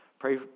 Pray